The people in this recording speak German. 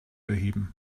erheben